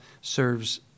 serves